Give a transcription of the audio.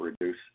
reduce